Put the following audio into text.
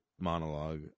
monologue